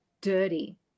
dirty